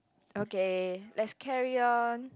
okay let's carry on